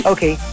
Okay